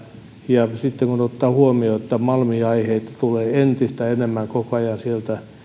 ja sitten kun ottaa huomioon että malmiaiheita tulee entistä enemmän koko ajan